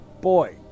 Boy